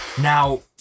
Now